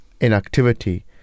inactivity